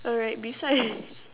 alright beside